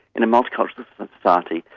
in a multicultural society,